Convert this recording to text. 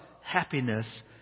happiness